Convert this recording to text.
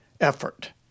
effort